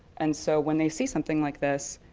and so when they see something like this,